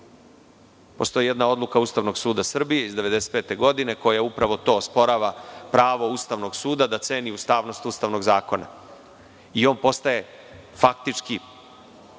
Postoji jedna odluka Ustavnog suda Srbije iz 1995. godine, koja upravo to osporava, pravo Ustavnog suda da ceni ustavnost ustavnog zakona, i on postaje faktički